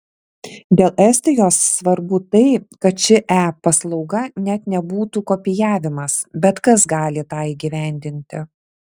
dėl estijos svarbu tai kad ši e paslauga net nebūtų kopijavimas bet kas gali tą įgyvendinti